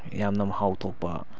ꯌꯥꯝꯅ ꯃꯍꯥꯎ ꯊꯣꯛꯄ